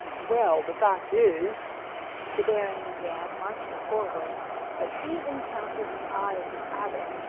well, the fact is the baron began, marching forward but he encountered the eye of the abbot,